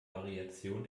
variation